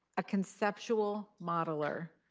a conceptual modeler.